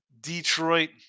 Detroit